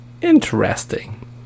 Interesting